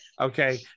okay